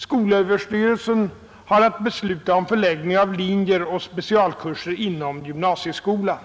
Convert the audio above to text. Skolöverstyrelsen har att besluta om förläggning av linjer och specialkurser inom gymnasieskolan.